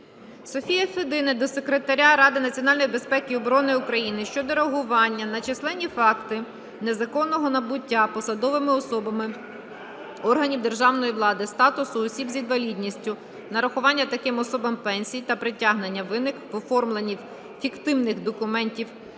Софії Федини до Секретаря Ради національної безпеки і оборони України щодо реагування на численні факти незаконного набуття посадовими особами органів державної влади статусу осіб з інвалідністю, нарахування таким особам пенсій та притягнення винних в оформленні фіктивних документів